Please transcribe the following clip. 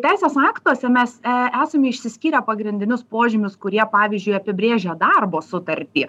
teisės aktuose mes esame išsiskyrę pagrindinius požymius kurie pavyzdžiui apibrėžia darbo sutartį